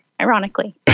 ironically